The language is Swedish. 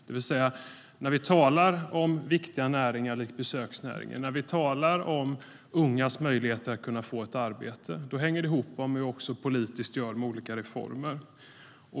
Det vill säga, när vi talar om viktiga näringar likt besöksnäringen, när vi talar om ungas möjligheter att kunna få ett arbete, då hänger det ihop med politiska reformer.